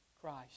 Christ